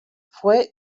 fue